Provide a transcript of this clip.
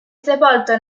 sepolto